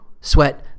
sweat